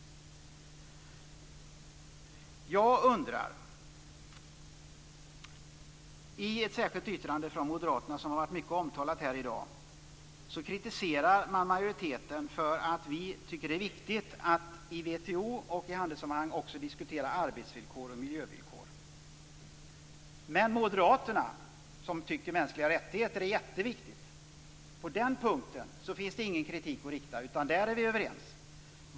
I ett särskilt yttrande från moderaterna, som har varit mycket omtalat här i dag, kritiserar man oss i majoriteten därför att vi tycker att det är viktigt att i WTO och i handelssammanhang också diskutera arbetsmiljövillkor och miljövillkor. Moderaterna, som tycker att mänskliga rättigheter är jätteviktiga, finner ingen anledning att på den punkten rikta kritik, utan där är vi överens.